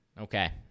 Okay